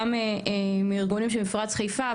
גם מארגונים של מפרץ חיפה,